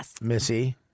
Missy